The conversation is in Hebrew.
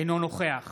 אינו נוכח